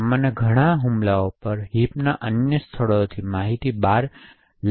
આમાંના ઘણા હુમલાઓ પર હિપના અન્ય સ્થળોએથી માહિતી બહાર આવવાની રીત પણ બહાર આવે છે